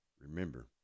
Remember